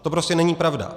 To prostě není pravda.